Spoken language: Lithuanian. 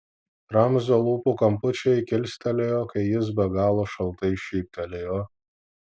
ramzio lūpų kampučiai kilstelėjo kai jis be galo šaltai šyptelėjo